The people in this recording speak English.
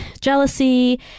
jealousy